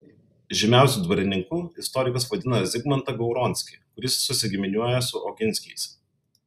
žymiausiu dvarininku istorikas vadina zigmantą gauronskį kuris susigiminiuoja su oginskiais